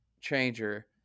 Changer